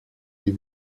wie